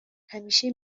همیشه